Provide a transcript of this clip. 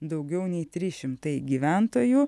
daugiau nei trys šimtai gyventojų